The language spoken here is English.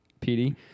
PD